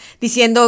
Diciendo